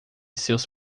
seus